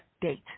date